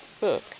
book